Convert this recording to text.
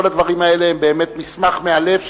כל הדברים האלה הם באמת מסמך מאלף,